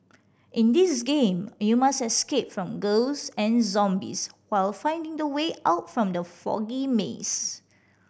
in this game you must escape from ghosts and zombies while finding the way out from the foggy maze